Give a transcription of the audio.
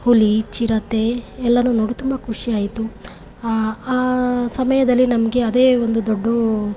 ಹುಲಿ ಚಿರತೆ ಎಲ್ಲನೂ ನೋಡಿ ತುಂಬ ಖುಷಿಯಾಯಿತು ಆ ಆ ಸಮಯದಲ್ಲಿ ನಮಗೆ ಅದೇ ಒಂದು ದೊಡ್ಡ